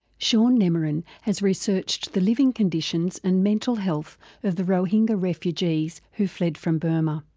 shaun nemorin has researched the living conditions and mental health of the rohingya refugees who fled from burma.